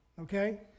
okay